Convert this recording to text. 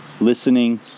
listening